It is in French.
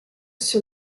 sur